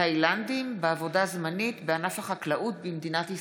תאילנדים בעבודה זמנית בענף החקלאות במדינת ישראל.